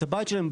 את הבית שלהם.